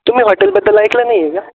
तुमी हॉटेलबद्दल ऐकलं नाही आहे का